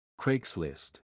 Craigslist